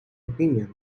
opinion